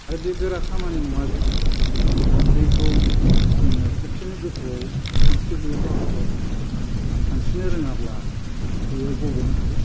आरो बे गोरा खामानि नङा जे दैखौ आङो खेबसेनो गोथौआव सानस्रि हैयोब्ला हयथ' सानस्रिनो रोङाब्ला बेयो गब'नो हागौ